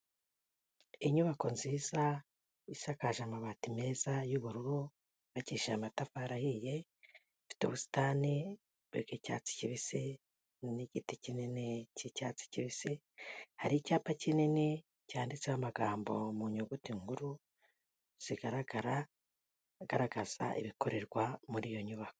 Inyubako nziza isakaje amabati meza y'ubururu, yubakishyuje amatafari ahiye ifite ubusitani bw'icyatsi kibisi n'igiti kinini cy'icyatsi kibisi, hari icyapa kinini cyanditseho amagambo mu nyuguti nkuru, zigaragaza ibikorerwa muri iyo nyubako.